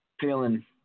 feeling